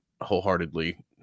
wholeheartedly